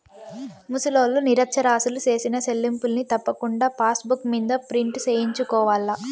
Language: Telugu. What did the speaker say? ముసలోల్లు, నిరచ్చరాసులు సేసిన సెల్లింపుల్ని తప్పకుండా పాసుబుక్ మింద ప్రింటు సేయించుకోవాల్ల